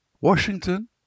Washington